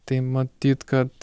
tai matyt kad